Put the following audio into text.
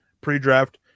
pre-draft